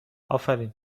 آفرین